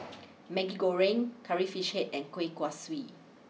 Maggi Goreng Curry Fish Head and Kuih Kaswi